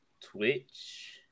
Twitch